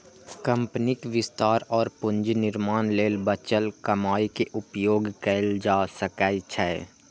कंपनीक विस्तार और पूंजी निर्माण लेल बचल कमाइ के उपयोग कैल जा सकै छै